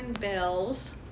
bells